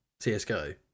CSGO